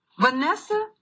Vanessa